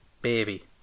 baby